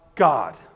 God